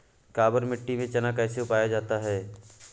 काबर मिट्टी में चना कैसे उगाया जाता है?